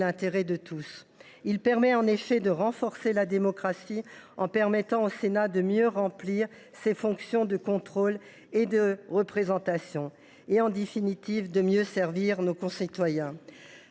l’intérêt de tous. Il tend en effet à renforcer la démocratie, en permettant au Sénat de mieux remplir ses fonctions de contrôle et de représentation et, en définitive, de mieux servir nos concitoyens.